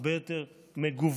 הרבה יותר מגוונת,